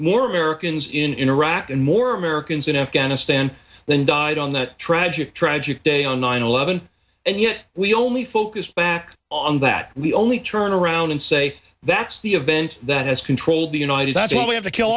more americans in iraq and more americans in afghanistan than died on that tragic tragic day on nine eleven and yet we only focus back on that we only turn around and say that's the event that has controlled the united that's what we have to kill